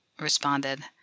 responded